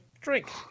drink